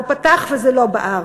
הוא פתח וזה לא בער.